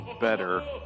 Better